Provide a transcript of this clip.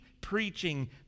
preaching